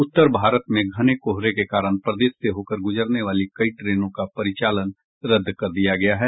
उत्तर भारत में घने कोहरे के कारण प्रदेश से होकर गुजरने वाली कई ट्रेनों का परिचालन रद्द कर दिया गया है